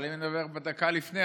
אבל אם אני מדבר דקה לפני,